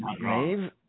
Dave –